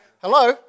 Hello